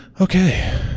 Okay